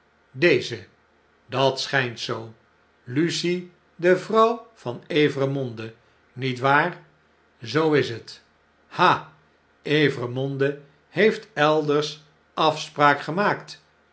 deze dat schpt zoo lucie de vrouw van evremonde niet waar zoo is het ha evremonde heef't elders afspraak gemaakt